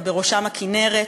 ובראשם הכינרת,